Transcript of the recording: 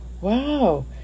wow